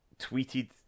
tweeted